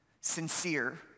sincere